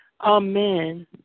Amen